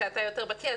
שאתה יותר בקי,